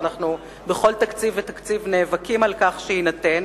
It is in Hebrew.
ואנחנו בכל תקציב ותקציב נאבקים על כך שיינתן